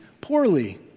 poorly